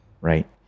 Right